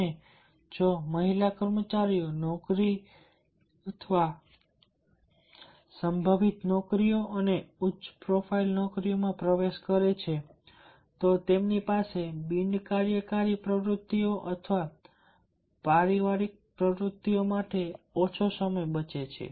અને જો મહિલા કર્મચારીઓ નોકરીઓ સંભવિત નોકરીઓ અને ઉચ્ચ પ્રોફાઇલ નોકરીઓમાં પ્રવેશ કરે છે તો તેમની પાસે બિન કાર્યકારી પ્રવૃત્તિઓ અથવા પારિવારિક પ્રવૃત્તિઓ માટે ઓછો સમય બચે છે